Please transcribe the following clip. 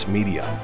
Media